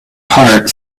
heart